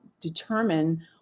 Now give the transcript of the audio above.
determine